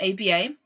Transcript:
ABA